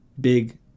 big